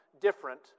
different